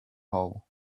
hole